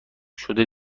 شده